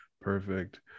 perfect